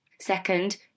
second